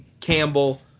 Campbell